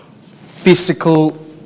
physical